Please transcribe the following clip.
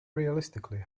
realistically